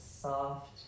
soft